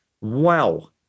wow